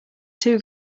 too